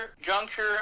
juncture